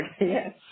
yes